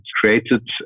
created